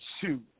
Shoot